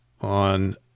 on